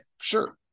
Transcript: Sure